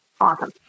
Awesome